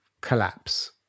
collapse